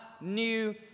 new